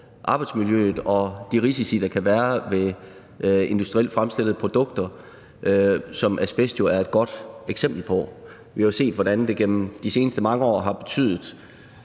arbejdsmiljøet og de risici, der kan være ved industrielt fremstillede produkter, som asbest jo er et godt eksempel på. Vi har jo set, hvordan det igennem de seneste mange år har haft